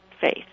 faith